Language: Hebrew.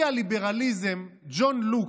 אבי הליברליזם ג'ון לוק,